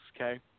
okay